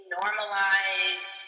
normalize